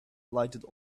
delighted